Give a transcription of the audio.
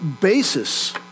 basis